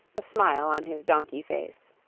a smile on his donkey face.